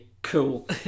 Cool